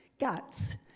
guts